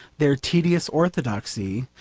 their tedious orthodoxy,